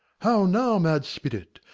how now, mad spirit!